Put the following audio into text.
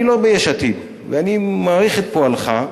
אני לא מיש עתיד ואני מעריך את פועלך,